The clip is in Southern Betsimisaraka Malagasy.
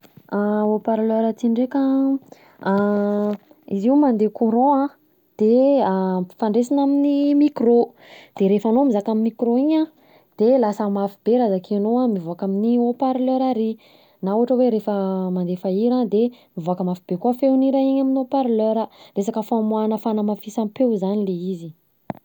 Haut parleur ty ndreka an, an, izy io mandeha courant an, de ampifandraisana amin'ny micro, de rehefa anao mizaka amin'ny micro iny an de lasa mafy be raha zakenao mivoaka amin'ny hautparleura ary na ohatra hoe rehefa mandefa hira de mivoaka mafy be koa feon'ny hira iny amin'ny haut parleura, resaka famoahana fanamafisam-peo zany le izy.